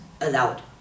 allowed